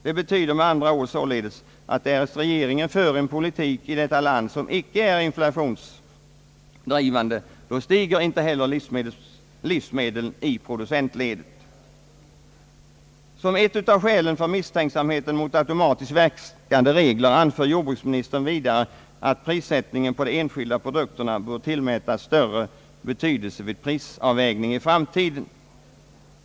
Det betyder med andra ord att därest regeringen för en politik som icke är inflationsdrivande stiger inte heller livsmedelspriserna i producentledet här i Sverige. Som ett av skälen för misstänksam heten mot automatiskt verkande regler anför jordbruksministern vidare «att prissättningen på de enskilda produkterna bör tillmätas större betydelse vid prisavvägningen i framtiden.